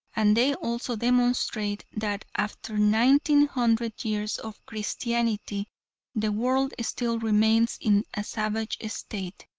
and they also demonstrate that after nineteen hundred years of christianity the world still remains in a savage state.